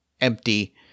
empty